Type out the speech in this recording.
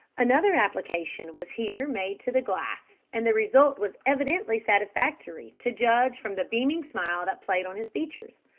another application was here made to the glass, and the result was evidently satisfactory, to judge from the beaming smile that played on his features.